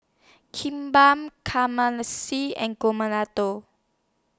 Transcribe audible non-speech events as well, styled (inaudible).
Kimbap (unintelligible) and (unintelligible)